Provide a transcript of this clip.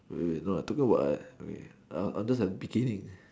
wait wait not I told you what we I'm I'm just at the beginning